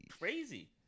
crazy